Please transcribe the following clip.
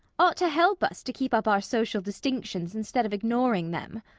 ought to help us to keep up our social distinctions, instead of ignoring them.